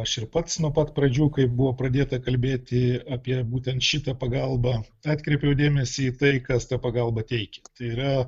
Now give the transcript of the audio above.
aš ir pats nuo pat pradžių kai buvo pradėta kalbėti apie būtent šitą pagalbą atkreipiau dėmesį į tai kas tą pagalbą teikia tai yra